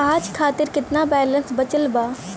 आज खातिर केतना बैलैंस बचल बा?